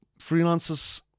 freelancers